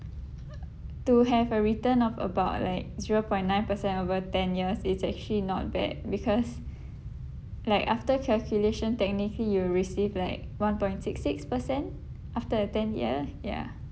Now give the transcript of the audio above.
uh to have a return of about like zero point nine percent over ten years it's actually not bad because like after calculation technically you will receive like one point six six per cent after a ten year ya